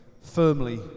firmly